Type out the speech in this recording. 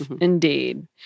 indeed